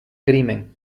crimen